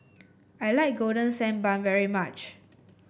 I like Golden Sand Bun very much